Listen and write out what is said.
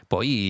Poi